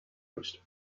used